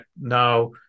now